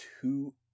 two